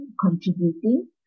contributing